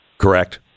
correct